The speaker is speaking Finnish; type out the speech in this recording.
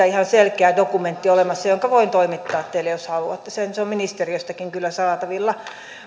ihan selkeä dokumentti jonka voin toimittaa teille jos haluatte se on ministeriöstäkin kyllä saatavilla